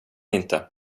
inte